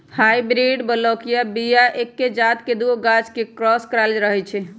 hybrid बलौकीय बीया एके जात के दुगो गाछ के क्रॉस कराएल रहै छै